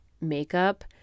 makeup